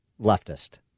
leftist